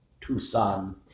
Tucson